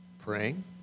Praying